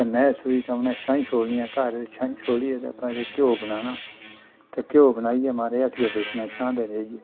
जां मैंह् सूई तां उ'नें छाहीं छोलनियां घर ते छाहीं छोलियै घ्यो बनाना ते घ्यो बनाइयै म्हाराज हट्टिया बेचना शाहें दे जाइयै